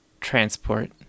transport